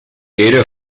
era